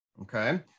Okay